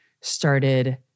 started